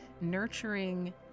nurturing